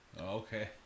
Okay